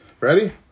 Ready